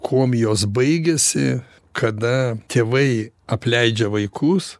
komijos baigiasi kada tėvai apleidžia vaikus